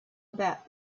about